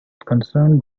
concerned